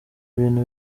ibintu